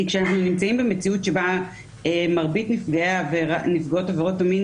כי כשאנחנו נמצאים במציאות שבה מרבית נפגעות עבירות המין,